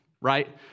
right